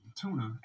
tuna